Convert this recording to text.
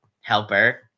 helper